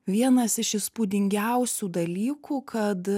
vienas iš įspūdingiausių dalykų kad